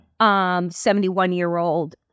71-year-old